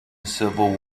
civil